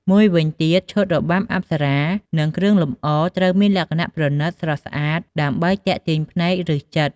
មួយវិញទៀត ឈុតរបាំអប្សរា និងគ្រឿងលម្អត្រូវមានលក្ខណៈ ប្រណីត ស្រស់ស្អាត ដើម្បីទាក់ទាញភ្នែក ឬចិត្ត។